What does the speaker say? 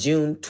June